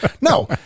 No